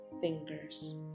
fingers